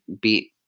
beat